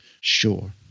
sure